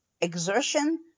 exertion